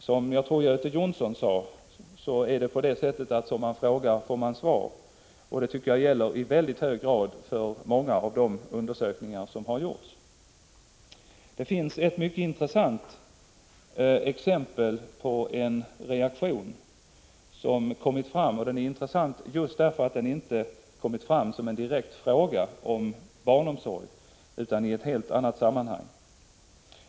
Jag tror det var Göte Jonsson som sade att som man frågar får man svar. Det gäller i hög grad för många av de undersökningar som gjorts. Det finns ett mycket intressant exempel, och det är intressant just därför att det inte gäller en direkt fråga om barnomsorgen utan har kommit fram i helt annat sammanhang.